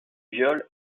viol